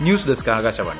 news desk Akashvani